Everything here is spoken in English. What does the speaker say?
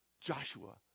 Joshua